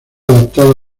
adaptada